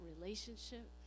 relationship